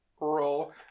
Roll